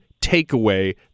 takeaway